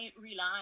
rely